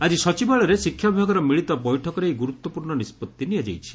ଆଜି ସଚିବାଳୟରେ ଶିକ୍ଷା ବିଭାଗର ମିଳିତ ବୈଠକରେ ଏହି ଗୁରୁତ୍ୱପୂର୍ଶ୍ଣ ନିଷ୍ବଭି ନିଆଯାଇଛି